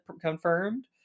confirmed